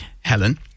Helen